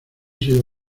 sido